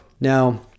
Now